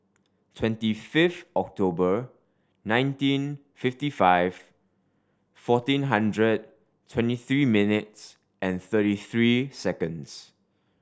twenty fifth October nineteen fifty five fourteen hundred twenty three minutes and thirty three seconds